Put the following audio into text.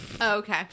okay